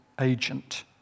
agent